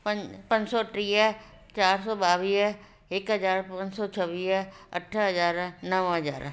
प पंज सौ टीह चारि सौ ॿावीह हिकु हज़ार पंज सौ छवीह अठ हज़ार नव हज़ार